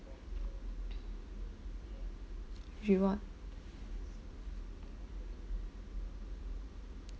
reward